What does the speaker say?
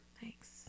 Thanks